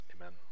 Amen